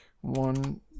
one